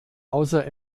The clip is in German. außer